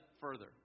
further